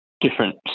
different